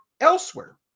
elsewhere